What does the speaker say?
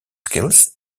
skills